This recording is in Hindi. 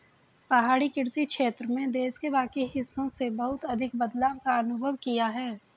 पहाड़ी कृषि क्षेत्र में देश के बाकी हिस्सों से बहुत अधिक बदलाव का अनुभव किया है